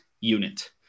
unit